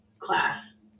class